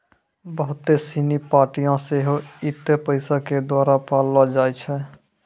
बहुते सिनी पार्टियां सेहो इहे पैसा के द्वारा पाललो जाय छै